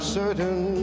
certain